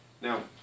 Now